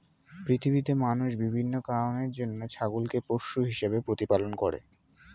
পৃথিবীতে মানুষ বিভিন্ন কারণের জন্য ছাগলকে পোষ্য হিসেবে প্রতিপালন করে